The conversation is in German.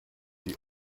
die